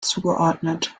zugeordnet